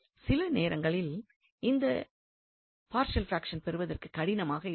சில நேரங்களில் இந்த பார்ஷியல் பிராக்ஷன் பெறுவதற்கு கடினமாக இருக்கலாம்